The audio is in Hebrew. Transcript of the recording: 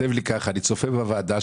וכותב לי: "אני צופה בוועדה.